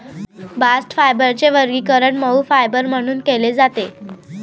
bast फायबरचे वर्गीकरण मऊ फायबर म्हणून केले जाते